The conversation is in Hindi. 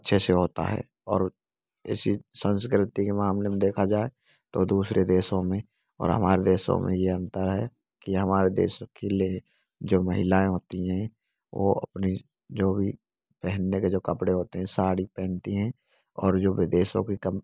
अच्छे से होता है और ऐसी संस्कृति के मामले में देखा जाए तो दूसरे देश में और हमारे देश में यह अंतर है कि हमारे देश की जो महिलाएँ होती हैं वह अपनी जो भी पहनने का जो कपड़े होते हैं साड़ी पहनती है और जो विदेशों के